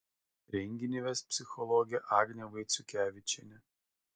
renginį ves psichologė agnė vaiciukevičienė